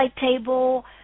table